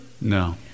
No